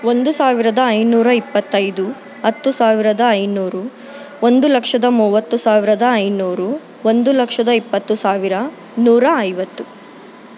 ಒಂದು ಸಾವಿರದ ಐನೂರ ಇಪ್ಪತೈದು ಹತ್ತು ಸಾವಿರದ ಐನೂರು ಒಂದು ಲಕ್ಷದ ಮೂವತ್ತು ಸಾವಿರದ ಐನೂರು ಒಂದು ಲಕ್ಷದ ಇಪ್ಪತ್ತು ಸಾವಿರ ನೂರ ಐವತ್ತು